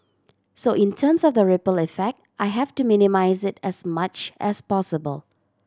so in terms of the ripple effect I have to minimise it as much as possible